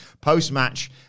Post-match